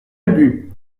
ubu